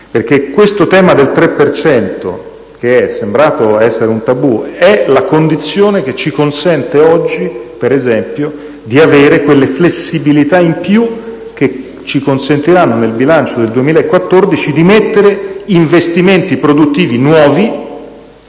perché il tema del 3 per cento, che è sembrato un tabù, è la condizione che ci consente oggi, per esempio, di avere quelle flessibilità in più che ci permetteranno, nel bilancio del 2014, di inserire investimenti produttivi nuovi